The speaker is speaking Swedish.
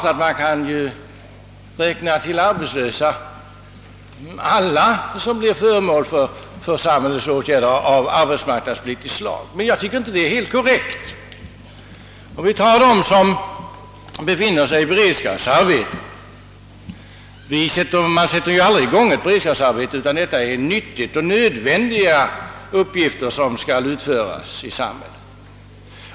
Ja, naturligtvis kan man till de arbetslösa räkna alla som blir föremål för samhällets åtgärder av arbetsmarknadspolitiskt slag, men jag tycker inte att det är helt korrekt. Man sätter ju aldrig i gång ett beredskapsarbete, om det inte gäller en nödvändig och nyttig arbetsuppgift i samhället.